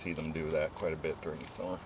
see them do that quite a bit during